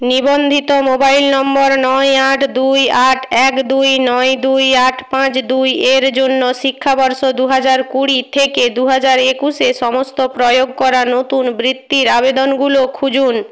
নিবন্ধিত মোবাইল নম্বর নয় আট দুই আট এক দুই নয় দুই আট পাঁচ দুই এর জন্য শিক্ষাবর্ষ দু হাজার কুড়ি থেকে দু হাজার একুশে সমস্ত প্রয়োগ করা নতুন বৃত্তির আবেদনগুলো খুঁজুন